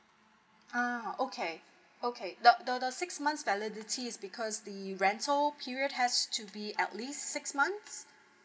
ah okay okay the the the six months validity is because the rental period has to be at least six months